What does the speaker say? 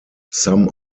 some